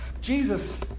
Jesus